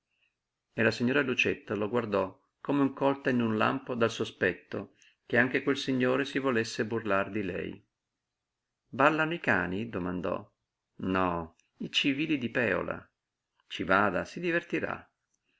e la signora lucietta lo guardò come colta in un lampo dal sospetto che anche questo signore si volesse burlar di lei ballano i cani domandò no i civili di pèola ci vada si divertirà